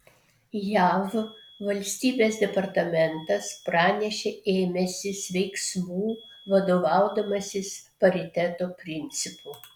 jav valstybės departamentas pranešė ėmęsis veiksmų vadovaudamasis pariteto principu